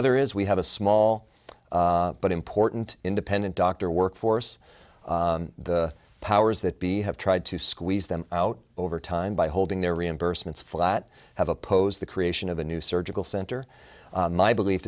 other is we have a small but important independent doctor workforce the powers that be have tried to squeeze them out over time by holding their reimbursements flat have opposed the creation of a new surgical center my belief